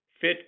fit